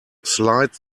slide